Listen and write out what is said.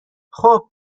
خوب